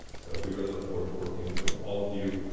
so we really look forward to working with all of you,